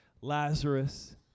Lazarus